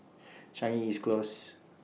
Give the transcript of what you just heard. Changi East Close